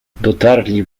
dotarli